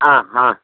ആ ഹാ